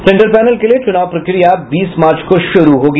central panel के लिए चुनाव प्रक्रिया बीस मार्च को शुरू होगी